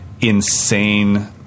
insane